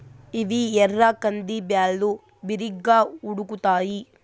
ఇవి ఎర్ర కంది బ్యాళ్ళు, బిరిగ్గా ఉడుకుతాయి